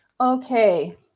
Okay